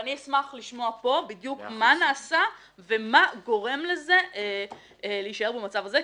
אני אשמח לשמוע פה בדיוק מה נעשה ומה גורם לזה להישאר במצב הזה,